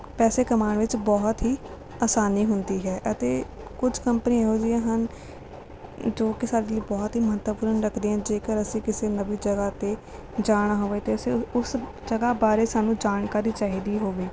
ਪੈਸੇ ਕਮਾਉਣ ਵਿੱਚ ਬਹੁਤ ਹੀ ਆਸਾਨੀ ਹੁੰਦੀ ਹੈ ਅਤੇ ਕੁਝ ਕੰਪਨੀਆਂ ਇਹੋ ਜਿਹੀਆਂ ਹਨ ਜੋ ਕਿ ਸਾਡੇ ਲਈ ਬਹੁਤ ਹੀ ਮਹੱਤਵਪੂਰਨ ਰੱਖਦੀਆਂ ਹਨ ਜੇਕਰ ਅਸੀਂ ਕਿਸੇ ਨਵੀਂ ਜਗ੍ਹਾ 'ਤੇ ਜਾਣਾ ਹੋਵੇ ਅਤੇ ਅਸੀਂ ਉਸ ਜਗ੍ਹਾ ਬਾਰੇ ਸਾਨੂੰ ਜਾਣਕਾਰੀ ਚਾਹੀਦੀ ਹੋਵੇ